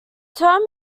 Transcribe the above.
term